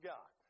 God